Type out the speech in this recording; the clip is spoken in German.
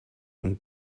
und